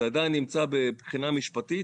זה עדיין נמצא בבחינה משפטית.